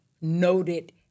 noted